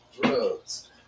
drugs